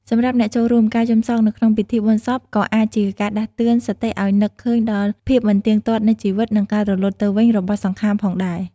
សម្រាប់អ្នកចូលរួម ការយំសោកនៅក្នុងពិធីបុណ្យសពក៏អាចជាការដាស់តឿនសតិឱ្យនឹកឃើញដល់ភាពមិនទៀងទាត់នៃជីវិត និងការរលត់ទៅវិញរបស់សង្ខារផងដែរ។